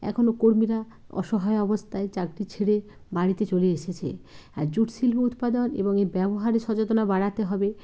এখনো কর্মীরা অসহায় অবস্থায় চাকরি ছেড়ে বাড়িতে চলে এসেছে আর জুট শিল্প উৎপাদন এবং এর ব্যবহারে সচেতনা বাড়াতে হবে